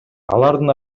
алардын